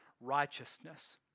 righteousness